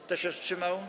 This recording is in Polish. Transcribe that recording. Kto się wstrzymał?